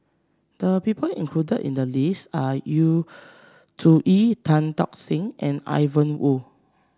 the people included in the list are Yu Zhuye Tan Tock Seng and Ian Woo